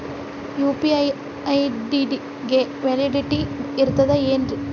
UPI ID ಗೆ validity ಇರತದ ಏನ್ರಿ?